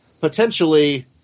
potentially